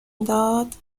داد